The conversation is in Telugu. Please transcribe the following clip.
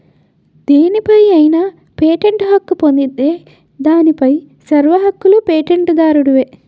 దేనిపై అయినా పేటెంట్ హక్కు పొందితే దానిపై సర్వ హక్కులూ పేటెంట్ దారుడివే